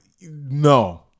no